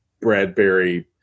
Bradbury